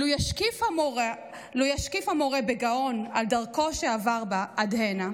// לו ישקיף המורה בגאון על דרכו שעבר בה עד הנה,